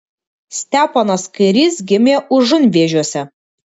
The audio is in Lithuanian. steponas kairys gimė užunvėžiuose